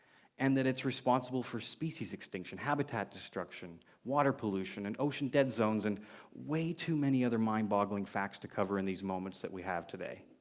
and that it's responsible for species extinction, habitat destruction, water pollution, and ocean dead zones, and way too many other mind-boggling facts to cover in these moments that we have today.